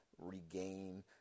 regain